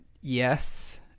yes